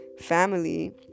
family